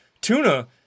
Tuna